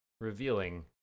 revealing